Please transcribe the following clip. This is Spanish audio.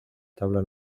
tabla